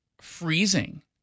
freezing